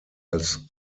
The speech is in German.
als